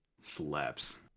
Slaps